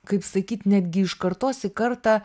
kaip sakyt netgi iš kartos į kartą